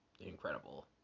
incredible